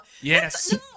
yes